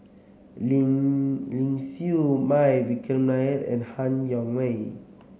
Ling Ling Siew May Vikram Nair and Han Yong May